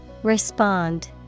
Respond